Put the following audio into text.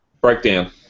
breakdown